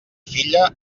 filla